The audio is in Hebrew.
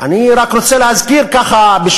אני רק רוצה להזכיר בשוליים,